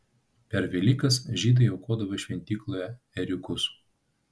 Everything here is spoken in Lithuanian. per velykas žydai aukodavo šventykloje ėriukus